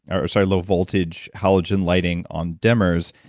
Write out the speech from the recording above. ah sorry, low voltage halogen lighting on dimmers,